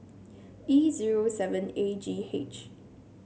E zero seven A G H